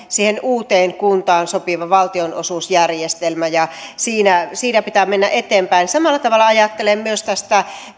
siihen uuteen kuntaan sopiva valtionosuusjärjestelmä ja siinä siinä pitää mennä eteenpäin samalla tavalla ajattelen myös tästä